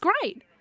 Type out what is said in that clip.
great